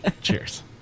cheers